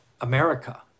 America